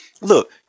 Look